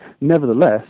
Nevertheless